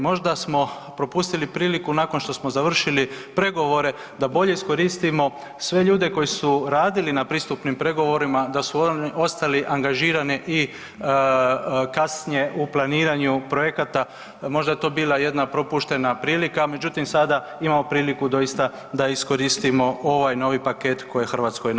Možda smo propustili priliku nakon što smo završili pregovore da bolje iskoristimo sve ljude koji su radili na pristupnim pregovorima da su oni ostali angažirani i kasnije u planiranju projekata, možda je to bila jedna propuštena prilika, međutim sada imamo priliku doista da iskoristimo ovaj novi paket koji je Hrvatskoj na